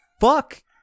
fuck